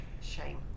Shame